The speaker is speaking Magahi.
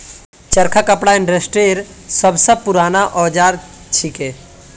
चरखा कपड़ा इंडस्ट्रीर सब स पूराना औजार छिके